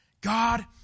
God